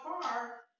far